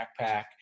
backpack